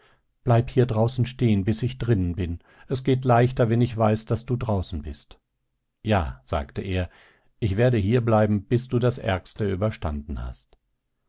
bleib hier draußen stehen bis ich drinnen bin es geht leichter wenn ich weiß daß du draußen bist ja sagte er ich werde hier bleiben bis du das ärgste überstanden hast